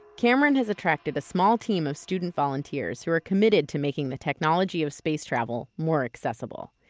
cameron has attracted a small team of student volunteers who are committed to making the technology of space travel more accessible.